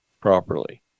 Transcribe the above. properly